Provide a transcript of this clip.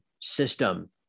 system